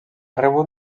rebut